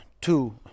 two